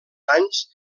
anys